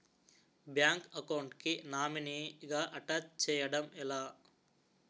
Bank account కి nominee గా attach చేయడం ఎలా?